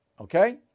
okay